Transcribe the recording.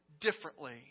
differently